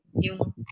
Yung